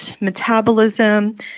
metabolism